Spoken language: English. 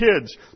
kids